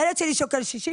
הילד שלי שוקל 60 קילו,